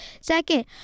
Second